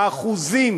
האחוזים